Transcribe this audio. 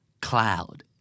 Cloud